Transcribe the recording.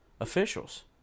officials